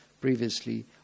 previously